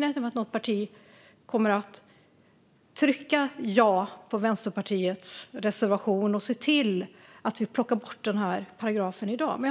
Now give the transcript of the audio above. inte med att något parti kommer att trycka ja till Vänsterpartiets reservation och se till att paragrafen plockas bort i dag, för det är inte så vi brukar göra.